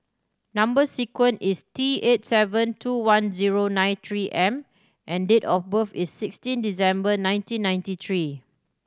number sequence is T eight seven two one zero nine Three M and date of birth is sixteen December nineteen ninety three